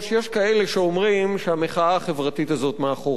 יש כאלה שאומרים שהמחאה החברתית הזאת מאחורינו,